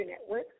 network